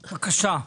בבקשה.